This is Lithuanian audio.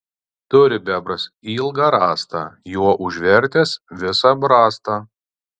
turi bebras ilgą rąstą juo užvertęs visą brastą